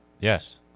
Yes